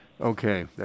Okay